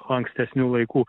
ankstesnių laikų